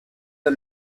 the